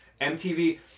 MTV